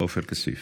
עופר כסיף.